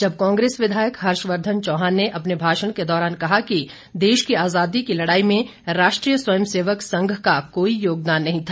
जब कांग्रेस विधायक हर्षवर्धन चौहान ने अपने भाषण के दौरान कहा कि देश की आजादी की लड़ाई में राष्ट्रीय स्वयं सेवक संघ का कोई योगदान नहीं था